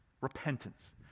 repentance